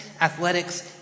athletics